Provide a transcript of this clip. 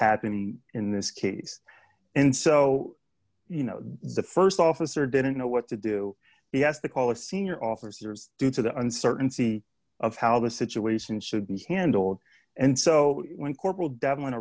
happening in this case and so you know the st officer didn't know what to do he has the call a senior officers due to the uncertainty of how the situation should be handled and so when corporal d